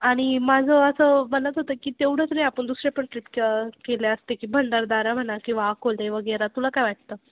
आणि माझं असं मनात होतं की तेवढंच नाही आपण दुसरे पण ट्र्रीप क केल्या असते की भंडारदरा म्हणा किंवा अकोले वगैरे तुला काय वाटतं